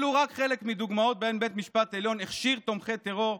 אלו רק חלק מדוגמאות שבהן בית המשפט העליון הכשיר תומכי טרור,